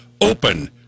Open